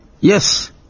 Yes